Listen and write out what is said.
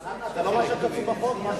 חנא, זה לא מה שכתוב בחוק.